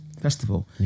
festival